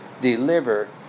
delivered